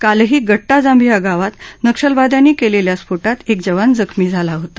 कालही गट्टा जांभिया गावात नक्षलवाद्यांनी क्लिखिा स्फोटात एक जवान जखमी झाला होता